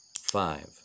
five